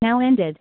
now ended